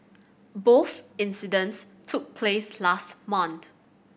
both incidents took place last month